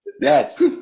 Yes